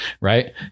Right